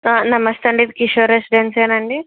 నమస్తే అండి కిషోర్ రెసిడెన్సీనా అండి